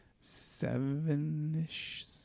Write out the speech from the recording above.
Seven-ish